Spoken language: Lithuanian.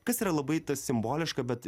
kas yra labai simboliška bet